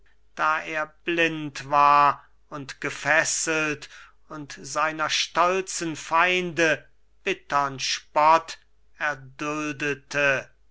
da er blind war und gefesselt und seiner stolzen feinde bittern spott erduldete